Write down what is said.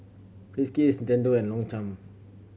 Friskies Nintendo and Longchamp